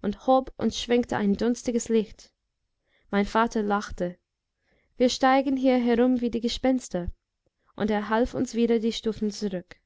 und hob und schwenkte ein dunstiges licht mein vater lachte wir steigen hier herum wie die gespenster und er half uns wieder die stufen zurück